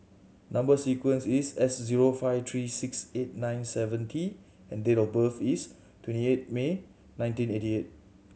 number sequence is S zero five three six eight nine seven T and date of birth is twenty eight May nineteen eighty eight